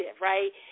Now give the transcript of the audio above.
right